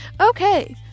okay